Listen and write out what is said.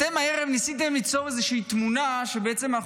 הערב ניסיתם ליצור איזושהי תמונה שלפיה אנחנו